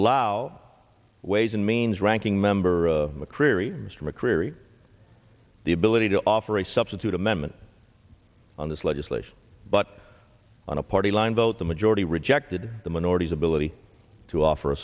allow ways and means ranking member mccreary mr mccreery the ability to offer a substitute amendment on this legislation but on a party line vote the majority rejected the minorities ability to offer a